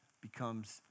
becomes